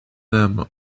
them